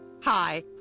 Hi